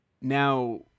Now